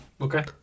Okay